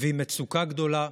ועם מצוקה גדולה,